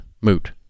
moot